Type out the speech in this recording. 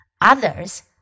Others